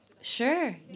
Sure